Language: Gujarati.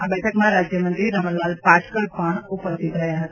આ બેઠકમાં રાજ્યમંત્રી રમણલાલ પાટકર પણ ઉપસ્થિત રહ્યા હતા